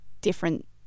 different